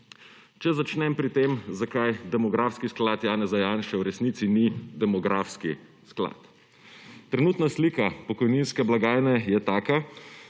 Če začnem pri tem, zakaj demografski sklad Janeza Janše v resnici ni demografski sklad. Trenutna slika pokojninske blagajne je taka,